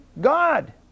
God